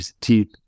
teeth